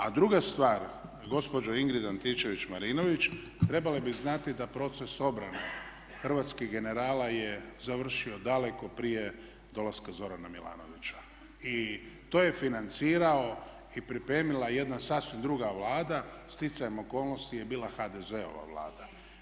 A druga stvar gospođo Ingrid Antičević Marinović trebali bi znati da proces obrane hrvatskih generala je završio daleko prije dolaska Zorana Milanovića i to je financirao i pripremila jedna sasvim druga Vlada, sticajem okolnosti je bila HDZ-ova Vlada.